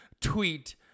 tweet